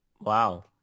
wow